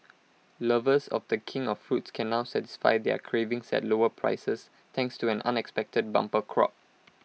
lovers of the king of fruits can now satisfy their cravings at lower prices thanks to an unexpected bumper crop